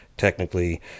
Technically